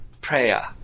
prayer